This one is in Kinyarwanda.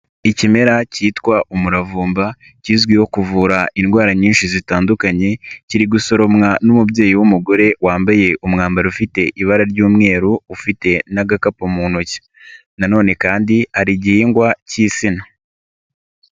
Ikimera cyitwa umuravumba kizwiho kuvura indwara nyinshi zitandukanye, kiri gusoromwa n'umubyeyi w'umugore wambaye umwambaro ufite ibara ry'umweru ufite n'agakapu mu ntoki na none kandi hari igihingwa cy'insina.